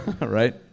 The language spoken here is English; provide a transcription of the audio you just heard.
right